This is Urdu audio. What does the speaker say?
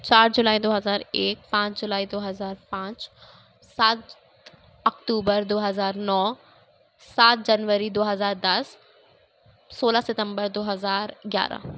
چار جولائی دو ہزار ایک پانچ جولائی دو ہزار پانچ سات اکتوبر دو ہزار نو سات جنوری دو ہزار دس سولہ ستمبر دو ہزار گیارہ